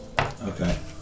Okay